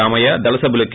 రామయ్య దళ సభ్యులు కే